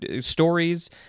stories